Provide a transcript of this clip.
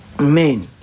Men